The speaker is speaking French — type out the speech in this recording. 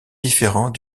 différent